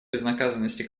безнаказанности